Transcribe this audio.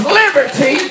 liberty